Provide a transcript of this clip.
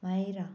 Myra